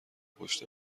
پشت